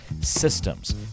systems